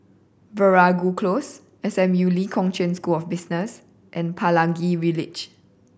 Veeragoo Close S M U Lee Kong Chian School of Business and Pelangi Village